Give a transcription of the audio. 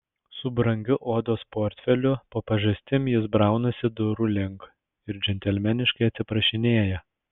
su brangiu odos portfeliu po pažastim jis braunasi durų link ir džentelmeniškai atsiprašinėja